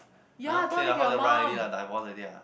!huh! take the house then run already ah divorce already ah